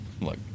look